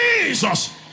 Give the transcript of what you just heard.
jesus